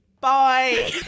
Bye